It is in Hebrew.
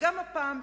וגם הפעם,